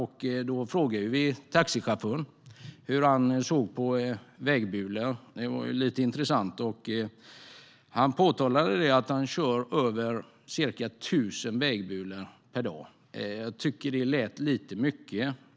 Vi frågade taxichauffören hur han såg på vägbulor. Det var lite intressant. Enligt honom körde han över ca 1 000 vägbulor per dag. Jag tyckte att det lät lite mycket.